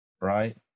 right